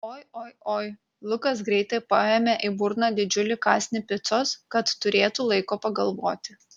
oi oi oi lukas greitai paėmė į burną didžiulį kąsnį picos kad turėtų laiko pagalvoti